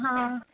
हां